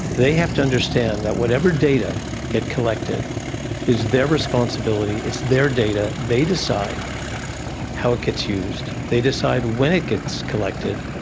they have to understand that whatever data gets collected is their responsibility, it's their data, they decide how it gets used, they decide when it gets collected,